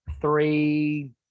three